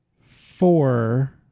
four